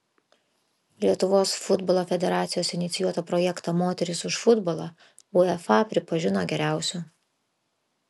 lietuvos futbolo federacijos inicijuotą projektą moterys už futbolą uefa pripažino geriausiu